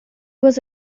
was